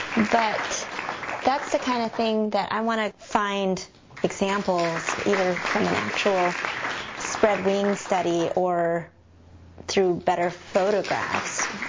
but that's the kind of thing that i want to find examples either from an actual spread wing study, or through better photographs,